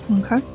Okay